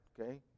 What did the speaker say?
Okay